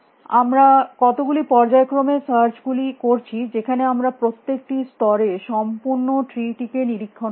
আমরা কতগুলো পর্যায়ক্রম সার্চ গুলি করছি যেখানে আমরা প্রত্যেকটি স্তরে সম্পূর্ণ ট্রি টিকে নিরীক্ষণ করছি